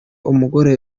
umugore